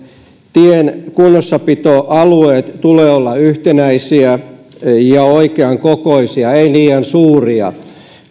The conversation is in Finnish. tien kunnossapitoalueiden tulee olla yhtenäisiä ja oikean kokoisia ei liian suuria